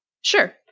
Sure